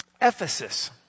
Ephesus